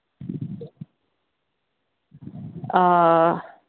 ꯑꯥ